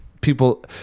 people